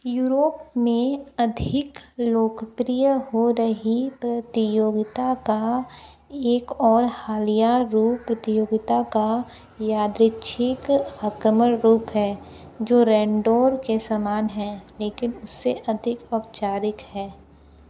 Europe में अधिक लोकप्रिय हो रही प्रतियोगिता का एक और हालिया रूप प्रतियोगिता का यादृच्छिक आक्रमण रूप है जो रैंडोर के समान है लेकिन उससे अधिक औपचारिक है